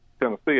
Tennessee